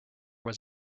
was